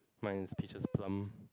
mine is peaches plum